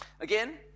Again